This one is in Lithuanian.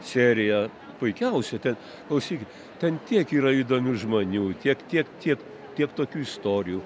seriją puikiausiai ten klausykit ten tiek yra įdomių žmonių tiek tiek tiek kiek tokių istorijų